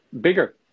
bigger